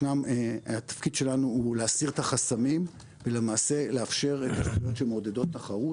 התפקיד שלנו הוא להסיר את החסמים ולמעשה לאפשר תכניות שמעודדות תחרות.